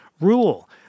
rule